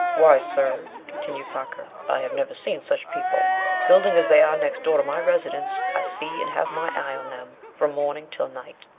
why, sir, continued parker, i have never seen such people building as they are next door to my residence, i see and have my eye on them from morning till night.